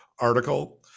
article